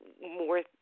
more